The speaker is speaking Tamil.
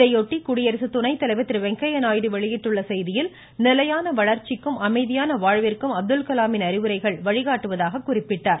இதையொட்டி குடியரசு துணை தலைவர் திரு வெங்கையா நாயுடு வெளியிட்டுள்ள செய்தியில் நிலையான வளர்ச்சிக்கும் அமைதியான வாழ்வுக்கும் அப்துல்கலாமின் அறிவுரைகள் வழிகாட்டுவதாக குறிப்பிட்டார்